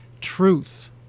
truth